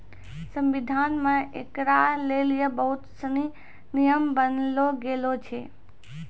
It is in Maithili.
संविधान मे ऐकरा लेली बहुत सनी नियम बनैलो गेलो छै